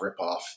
ripoff